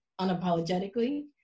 unapologetically